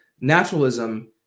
naturalism